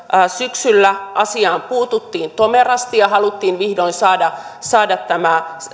syksyllä kaksituhattaviisitoista asiaan puututtiin tomerasti ja haluttiin vihdoin saada saada tämä